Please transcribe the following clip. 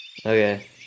Okay